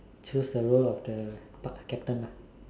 choose the road of the part time captain